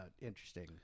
interesting